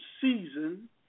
season